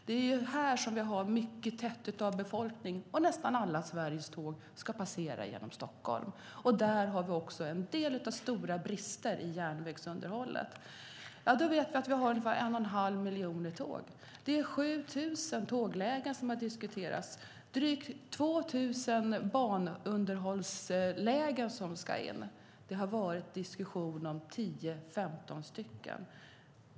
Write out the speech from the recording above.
Det är ett tättbefolkat område, och nästan alla Sveriges tåg ska passera genom Stockholm. Där finns också en del stora brister i järnvägsunderhållet. Vi har ungefär en och en halv miljon tåg. Det är 7 000 tåglägen som har diskuterats, och det är drygt 2 000 banunderhållslägen som ska in. Det har varit diskussion om 10-15.